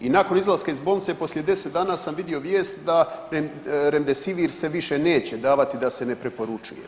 I nakon izlaska iz bolnice poslije 10 dana sam vidio vijest da Remdesivir se više neće davati, da se ne preporučuje.